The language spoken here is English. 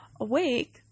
awake